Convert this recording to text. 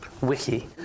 Wiki